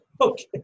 Okay